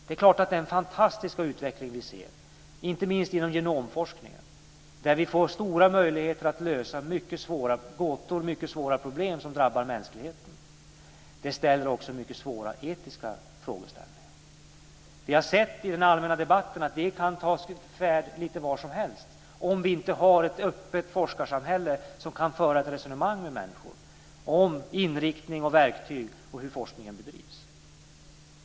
Det är klart att den fantastiska utveckling som vi ser, inte minst inom genomforskningen, ger stora möjligheter att lösa mycket svåra gåtor och problem som drabbar mänskligheten. Det ställer också till mycket svåra etiska frågor. I den allmänna debatten har vi sett att vi kan hamna lite var som helst om vi inte har ett öppet forskarsamhälle som kan föra ett resonemang med människor om inriktning och verktyg och hur forskningen bedrivs.